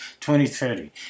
2030